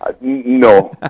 No